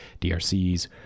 drcs